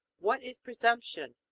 what is presumption?